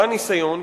מה הניסיון?